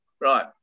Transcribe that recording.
Right